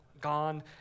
gone